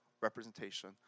representation